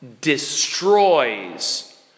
destroys